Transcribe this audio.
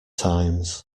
times